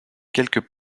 quelques